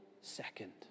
second